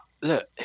look